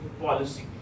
policy